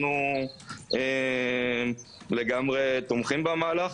אנו לגמרי תומכים במהלך.